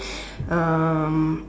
um